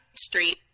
street